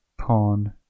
pawn